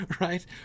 right